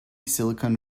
silicon